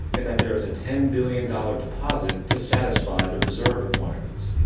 and that there is a ten billion dollar deposit to satisfy the reserve requirements.